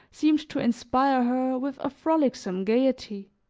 seemed to inspire her with a frolicsome gaiety.